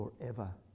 forever